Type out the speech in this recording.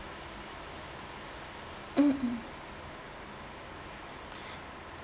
mm mm